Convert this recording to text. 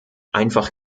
einfach